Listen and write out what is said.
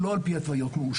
שלא על פי התוויות מאושרות.